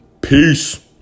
Peace